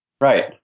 Right